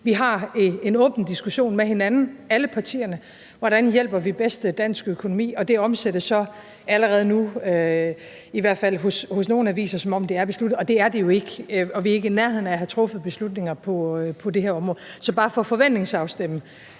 har en åben diskussion med hinanden om, hvordan vi bedst hjælper dansk økonomi, og det omsættes så allerede nu i hvert fald i nogle aviser til, at det er besluttet, og det er det jo ikke. Vi er ikke i nærheden af at have truffet beslutninger på det her område. Så det er bare for at forventningsafstemme.